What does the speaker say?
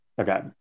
Okay